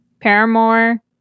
Paramore